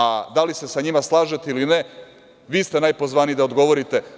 A da li se sa njima slažete ili ne, vi ste najpozvaniji da odgovorite.